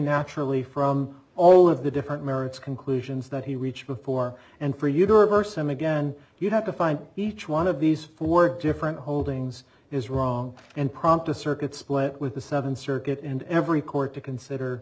naturally from all of the different merits conclusions that he reached before and for you to reverse them again you have to find each one of these four different holdings is wrong and prompt a circuit split with the seventh circuit and every court to consider